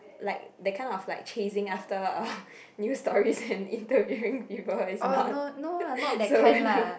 like that kind of like chasing after uh news stories and interviewing people is not so